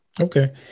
Okay